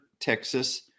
Texas